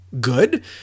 good